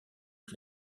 est